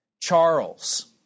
Charles